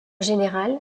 général